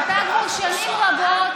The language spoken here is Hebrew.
אתה כבר שנים רבות